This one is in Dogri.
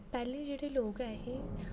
पैह्ले जेह्ड़े लोग ऐ हे